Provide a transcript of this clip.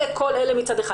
כל אלה מצד אחד.